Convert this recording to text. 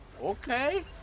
okay